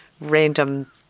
random